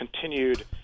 continued